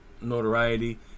Notoriety